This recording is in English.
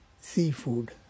seafood